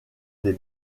des